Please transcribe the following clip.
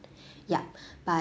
yup but